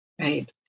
Right